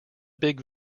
big